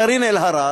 קארין אלהרר,